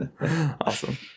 Awesome